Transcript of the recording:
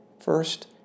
First